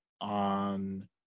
on